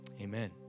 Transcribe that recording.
amen